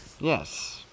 Yes